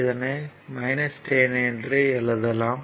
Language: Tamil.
இதனை 10 என்று எழுதலாம்